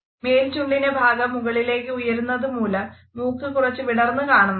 മേൽചുണ്ടിൻറെ ഭാഗം മുകളിലേയ്ക്ക് ഉയരുന്നതുമൂലം മൂക്ക് കുറച്ചു വിടർന്നു കാണുന്നതാണ്